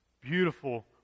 Beautiful